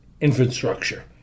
infrastructure